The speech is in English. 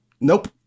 Nope